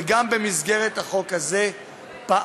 וגם במסגרת החוק הזה פעלנו